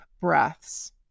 breaths